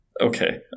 Okay